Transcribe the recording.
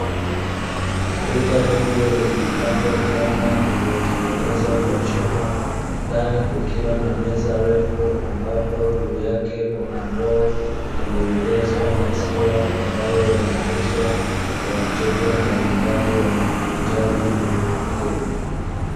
Duka dogo lenye mlango mpana uliotengenezwa kwa chuma. Ndani kukiwa na meza ndefu ambapo juu yake kuna ndoo, iliyojazwa maziwa ambayo yanauzwa kwa wateja mabalimbali wanaohitaji huduma hiyo.